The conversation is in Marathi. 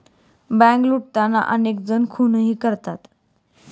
बँक लुटताना अनेक जण खूनही करतात